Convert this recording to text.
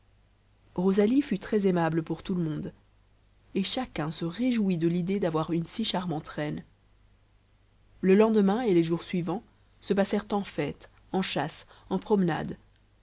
rosalie fut très aimable pour tout le monde et chacun se réjouit de l'idée d'avoir une si charmante reine le lendemain et les jours suivants se passèrent en fêtes en chasses en promenades